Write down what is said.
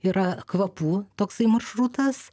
yra kvapų toksai maršrutas